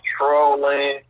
trolling